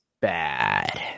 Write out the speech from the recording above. bad